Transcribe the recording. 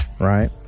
Right